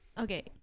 Okay